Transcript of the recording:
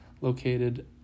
located